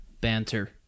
banter